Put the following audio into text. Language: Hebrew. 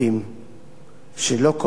שלא כל מה שמופיע בתקשורת